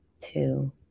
two